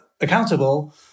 accountable